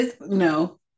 No